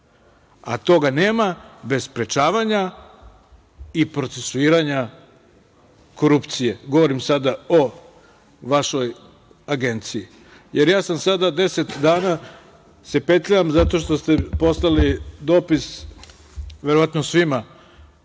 a toga nema bez sprečavanja i procesuiranja korupcije. Govorim sada o vašoj agenciji. Jer ja se sada deset dana petljam zato što ste poslali dopis verovatno svima,